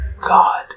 god